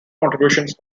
contributions